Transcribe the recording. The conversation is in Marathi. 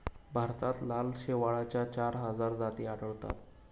भारतात लाल शेवाळाच्या चार हजार जाती आढळतात